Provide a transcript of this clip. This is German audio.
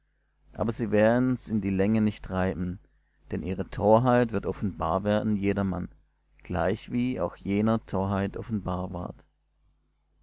aber sie werden's in die länge nicht treiben denn ihre torheit wird offenbar werden jedermann gleich wie auch jener torheit offenbar ward